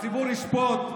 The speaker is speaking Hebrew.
הציבור ישפוט,